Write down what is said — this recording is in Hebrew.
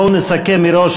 בואו נסכם מראש,